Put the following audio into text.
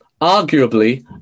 Arguably